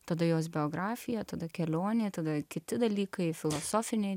tada jos biografija tada kelionė tada kiti dalykai filosofiniai